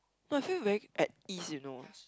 no I feel very at ease you know